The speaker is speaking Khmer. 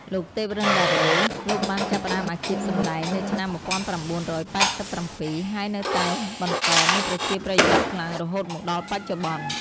លោក ទេព រិន្ទដារ៉ូ លោកបានចាប់ផ្តើមអាជីពសម្តែងនៅឆ្នាំ ១៩៨៧ ហើយនៅតែបន្តមានប្រជាប្រិយភាពខ្លាំងរហូតមកដល់បច្ចុប្បន្ន។